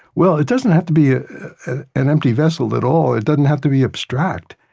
well, it doesn't have to be an empty vessel at all. it doesn't have to be abstract.